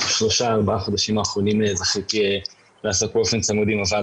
בשלושה-ארבעה חודשים האחרונים התחלתי לעסוק באופן צמוד עם הוועד